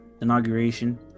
inauguration